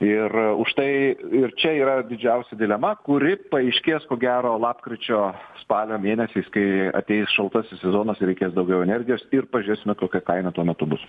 ir užtai ir čia yra didžiausia dilema kuri paaiškės ko gero lapkričio spalio mėnesiais kai ateis šaltasis sezonas ir reikės daugiau energijos ir pažiūrėsime kokia kaina tuo metu bus